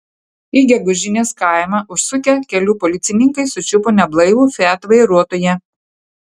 į gegužinės kaimą užsukę kelių policininkai sučiupo neblaivų fiat vairuotoją